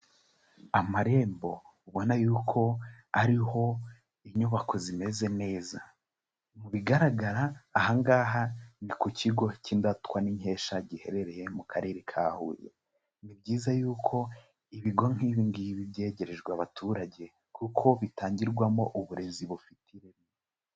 Amarembo ubona yuko ariho inyubako zimeze neza, mu bigaragara aha ngaha ni ku kigo cy'indatwa n'inkesha giherereye mu karere ka Huye, ni byiza yuko ibigo nk'ibi ngibi byegerejwe abaturage kuko bitangirwamo uburezi bufitete ireme.